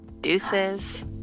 deuces